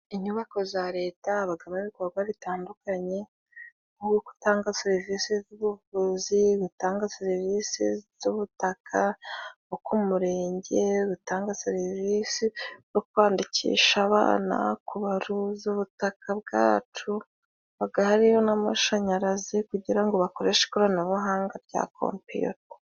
Inyubako za leta habagamo ibiibikorwa bitandukanye nko gutanga serivisi z'ubuvuzi, batanga serivisi z'ubutaka, uko umurenge utanga serivisi zo kwandikisha abana, kubaruza ubutaka bwacu. Habaga hariyo n'amashanyarazi kugira ngo bakoreshe ikoranabuhanga rya kompiyuta.